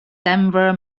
denver